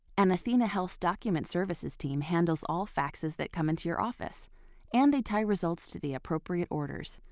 and athenahealth's document services team handles all faxes that come into your office and they tie results to the appropriate orders,